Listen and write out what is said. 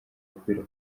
kubera